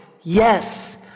Yes